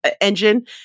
engine